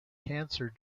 cancer